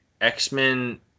x-men